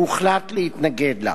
והוחלט להתנגד לה.